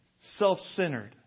self-centered